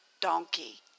donkey